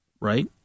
right